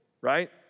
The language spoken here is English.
right